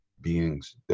beings